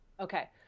Okay